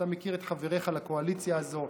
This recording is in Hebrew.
אתה מכיר את חבריך לקואליציה הזאת,